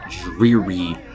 dreary